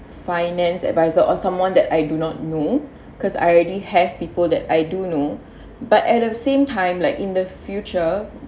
finance adviser or someone that I do not know because I already have people that I do know but at the same time like in the future